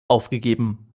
aufgegeben